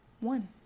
one